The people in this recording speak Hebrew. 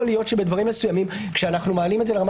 יכול להיות שבדברים מסוימים כשאנחנו מעלים את זה לרמה